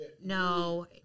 No